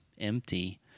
empty